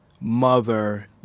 mother